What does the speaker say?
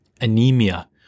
anemia